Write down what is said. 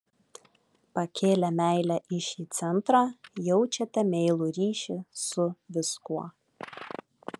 pakėlę meilę į šį centrą jaučiate meilų ryšį su viskuo